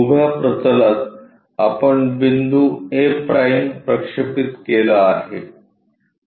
उभ्या प्रतलात आपण बिंदू a' प्रक्षेपित केला आहे